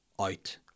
Out